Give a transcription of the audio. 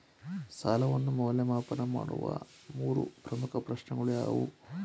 ಸಾಲವನ್ನು ಮೌಲ್ಯಮಾಪನ ಮಾಡುವ ಮೂರು ಪ್ರಮುಖ ಪ್ರಶ್ನೆಗಳು ಯಾವುವು?